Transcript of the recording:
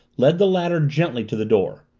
led the latter gently to the door.